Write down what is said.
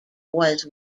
was